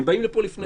הם באים לפה לפני.